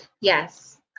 Yes